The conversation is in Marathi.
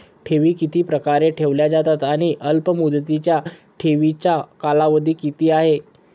ठेवी किती प्रकारे ठेवल्या जातात आणि अल्पमुदतीच्या ठेवीचा कालावधी किती आहे?